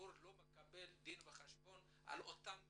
הציבור לא מקבל דין וחשבון על אותם מקרים.